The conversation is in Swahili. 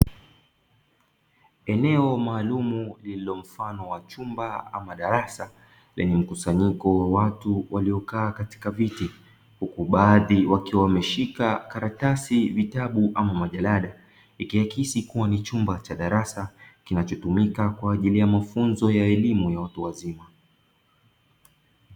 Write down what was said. Eneo maalumu lililomfano wa chumba ama darasa lenye mkusanyiko wa watu waliokaa katika viti huku baadhi wakiwa wameshika karatasi, vitabu ama majalada ikiakisi kuwa ni chumba cha darasa kinachotumika kwa ajili ya mafunzo ya elimu ya watu wazima.